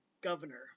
governor